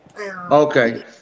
Okay